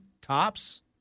tops